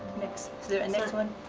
mix. so and there's one.